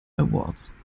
awards